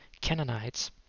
Canaanites